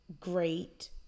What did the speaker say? great